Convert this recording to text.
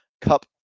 cup